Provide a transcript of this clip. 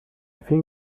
think